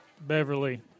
Beverly